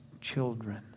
children